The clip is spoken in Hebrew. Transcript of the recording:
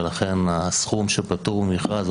ולכן הסכום שפטור ממכרז,